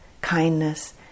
kindness